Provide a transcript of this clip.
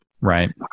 right